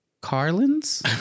Carlins